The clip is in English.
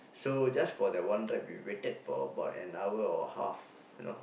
so just for the one trap we waited for about an hour or half you know